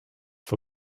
for